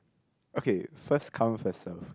okay first come first serve